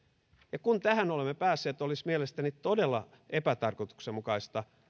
ja kun tähän olemme päässeet olisi mielestäni todella epätarkoituksenmukaista